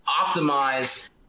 optimize